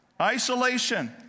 Isolation